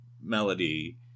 melody